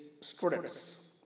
students